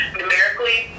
numerically